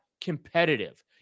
competitive